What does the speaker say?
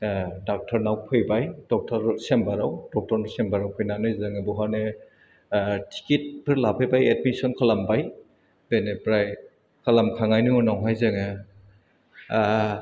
ओह डाक्टरनाव फैबाय डक्टर सेम्बाराव डक्टरनि सेम्बाराव फैनानै जोङो बहानो ओह टिकिटफोर लाफैबाय एडमिशन खालामबाय बेनिफ्राय खालामखांनायनि उनावहाय जोङो आह